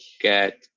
get